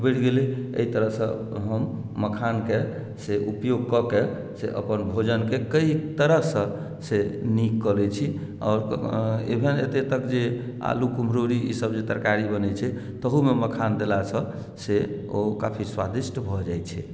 बढ़ि गेलै एहि तरहसँ हम मखानके से उपयोग कऽ के से अपन भोजनके कई तरहसँ से नीक करैत छी आओर एहेन एतेक तक जे आलू कुम्हरौरी ईसभ जे तरकारी बनैत छै तहूमे मखान देलासँ से ओ काफी स्वादिष्ट भऽ जाइत छै